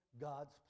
God's